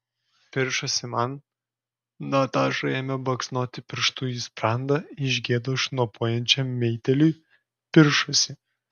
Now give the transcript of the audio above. piršosi man nataša ėmė baksnoti pirštu į sprandą iš gėdos šnopuojančiam meitėliui piršosi